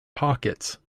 pockets